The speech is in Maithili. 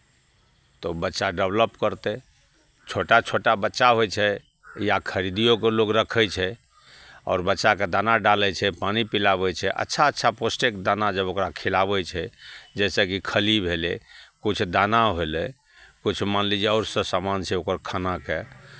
तऽ ओ बच्चा डेभेलप करतै छोटा छोटा बच्चा होइ छै या खरीदिओ कऽ लोक रखै छै आओर बच्चाकेँ दाना डालै छै पानि पिलाबै छै अच्छा अच्छा पौष्टिक दाना जब ओकरा खिलाबै छै जैसेकि खल्ली भेलै किछु दाना भेलै किछु मान लीजिये आओर सभ सामान छै ओकर खानाके